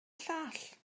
llall